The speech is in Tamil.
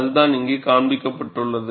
அதுதான் இங்கே காண்பிக்கப்பட்டுள்ளது